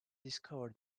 discover